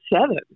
seven